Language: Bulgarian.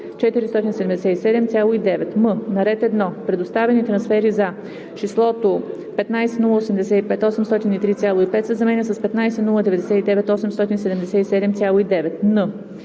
477,9“. м) на ред 1. „Предоставени трансфери за:“ числото „15 085 803,5“ се заменя с „15 099 877,9“.